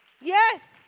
Yes